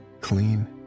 clean